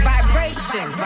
Vibration